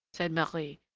said marie,